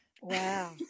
Wow